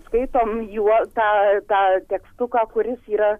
skaitom juo tą tą tekstuką kuris yra